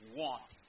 want